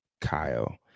Kyle